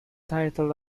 title